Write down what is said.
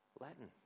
Latin